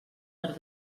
per